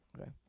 Okay